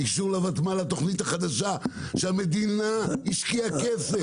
אישור הותמ"ל לתכנית החדשה שהמדינה השקיעה כסף.